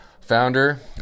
founder